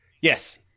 Yes